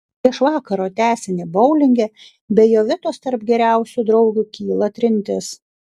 prieš vakaro tęsinį boulinge be jovitos tarp geriausių draugių kyla trintis